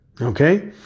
Okay